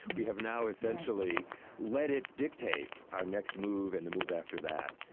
we have now essentially let it dictate our next move and the move after that.